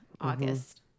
August